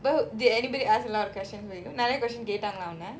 well did anybody ask a lot of question நெறய:neraya question கேட்டாங்களா ஒன்ன:kettaangalaa onna